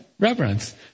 Reverence